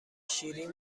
شیرین